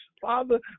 Father